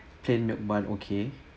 plain milk okay